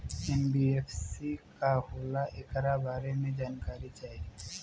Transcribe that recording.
NBFC का होला ऐकरा बारे मे जानकारी चाही?